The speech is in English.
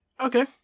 Okay